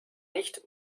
nicht